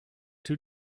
two